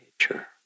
nature